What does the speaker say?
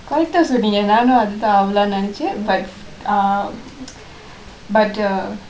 correct சொன்னிங்க நானும் அது தான் ஆகலாம்னு நினைச்சேன்:sonningka naanum athu thaan aagalaamnu ninachen but ah but uh